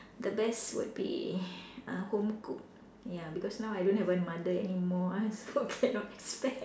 the best would be uh home cooked ya because now I don't have a mother anymore ah so cannot expect